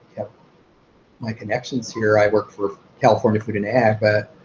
yeah my connections here i worked for california food and ag, but